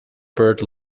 bird